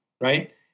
right